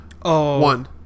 One